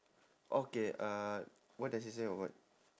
okay uh what does it say or what